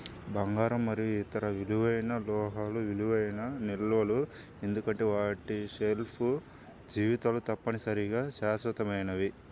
బంగారం మరియు ఇతర విలువైన లోహాలు విలువైన నిల్వలు ఎందుకంటే వాటి షెల్ఫ్ జీవితాలు తప్పనిసరిగా శాశ్వతమైనవి